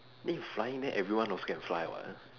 eh flying then everyone also can fly [what]